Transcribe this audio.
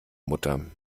mutter